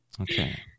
Okay